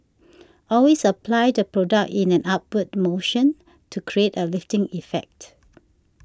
always apply the product in an upward motion to create a lifting effect